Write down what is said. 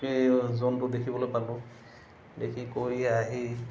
এই জন্তু দেখিবলৈ পালোঁ দেখি কৰি আহি